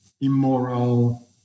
immoral